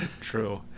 True